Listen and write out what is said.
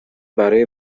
برای